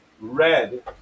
red